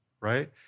right